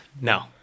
No